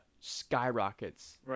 skyrockets